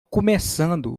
começando